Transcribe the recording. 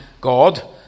God